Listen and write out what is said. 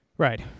Right